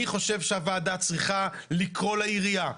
אני חושב שהוועדה צריכה לקרוא לעירייה,